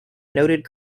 noted